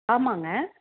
ஆமாங்க